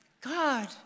God